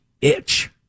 Itch